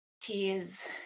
tears